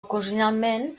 ocasionalment